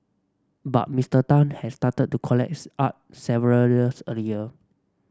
but Mister Tan had started to collects art several years earlier